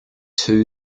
two